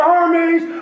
armies